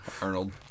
Arnold